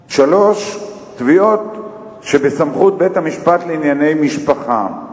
3. תביעות שבסמכות בית-המשפט לענייני משפחה,